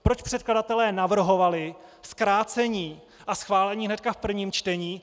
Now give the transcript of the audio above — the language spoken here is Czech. Proč předkladatelé navrhovali zkrácení a schválení hned v prvém čtení?